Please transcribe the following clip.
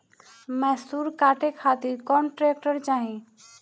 मैसूर काटे खातिर कौन ट्रैक्टर चाहीं?